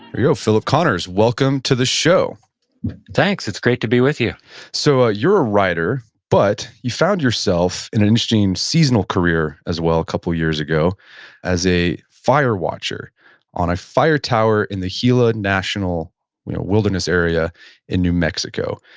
we go. philip connors, welcome to the show thanks. it's great to be with you so, you're a writer, but you found yourself in an interesting seasonal career as well a of years ago as a fire watcher on a fire tower in the gila national wilderness area in new mexico.